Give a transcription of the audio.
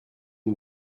une